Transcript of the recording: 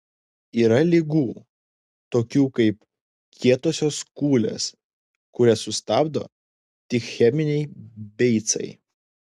yra ligų tokių kaip kietosios kūlės kurias sustabdo tik cheminiai beicai